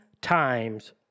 times